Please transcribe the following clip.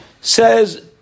Says